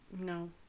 no